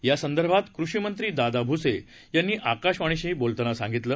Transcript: यासंदर्भात कृषी मंत्री दादा भुसे यांनी आकाशवाणीशी बोलताना सांगितलं